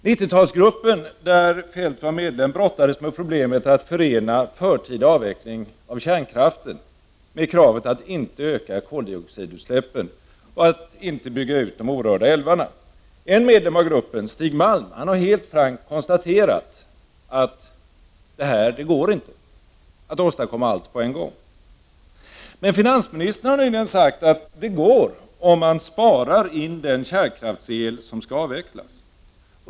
90-talsgruppen, där Kjell-Olof Feldt var medlem, brottades med problemet att förena förtida avveckling av kärnkraften med kravet att inte öka koldioxidutsläppen och att inte bygga ut de orörda älvarna. En medlem av gruppen, Stig Malm, har helt frankt konstaterat att det här inte går ihop. Man kan inte åstadkomma allt på en gång. Finansministern har emellertid nyligen sagt att det går, om man spar in den kärnkraftsel som skall avvecklas.